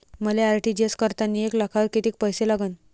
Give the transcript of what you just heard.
मले आर.टी.जी.एस करतांनी एक लाखावर कितीक पैसे लागन?